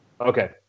Okay